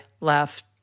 left